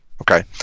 Okay